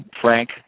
Frank